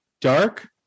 dark